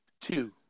two